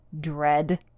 dread